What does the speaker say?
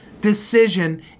decision